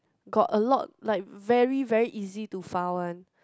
got a lot like very very easy to foul one